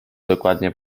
dokładnie